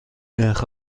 نرخ